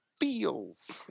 feels